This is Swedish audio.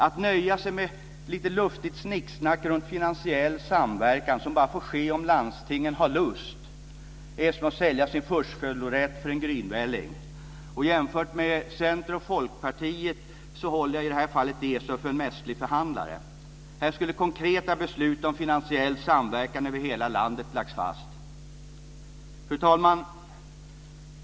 Att nöja sig med lite luftigt snicksnack runt finansiell samverkan, som bara får ske om landstingen har lust, är som att sälja sin förstfödslorätt för en grynvälling. Jämfört med Centern och Folkpartiet håller jag i det här fallet Esau för en mästerlig förhandlare. Här skulle konkreta beslut om finansiell samverkan över hela landet lagts fast. Fru talman!